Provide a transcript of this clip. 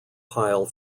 pile